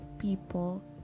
people